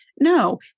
no